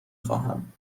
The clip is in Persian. خواهم